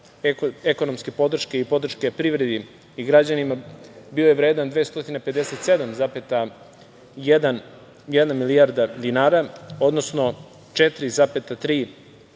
ekonomske podrške i podrške privredi i građanima bio je vredan 257,1 milijarda dinara, odnosno 4,3% BDP i kada